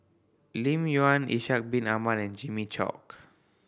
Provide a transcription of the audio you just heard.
Lim Yau Ishak Bin Ahmad and Jimmy Chok